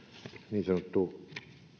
niin sanottu